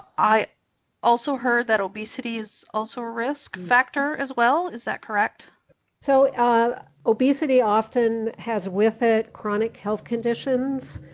i also heard that obesity is also a risk factor as well. is that correct so ah obesity often has with it chronic health conditions,